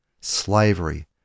slavery